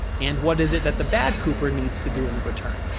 and, what is it that the bad cooper needs to do in the return?